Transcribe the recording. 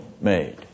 made